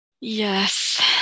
Yes